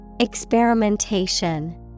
Experimentation